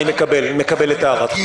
אני מקבל את הערתך.